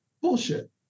Bullshit